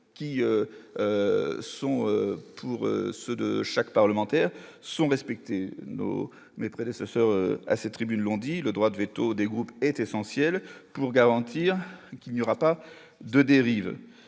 qui sont tous ceux de chaque parlementaire sont respecter au mépris de ce soir à cette tribune, l'ont dit le droit de véto des groupes est essentielle pour garantir qu'il n'y aura pas de dérives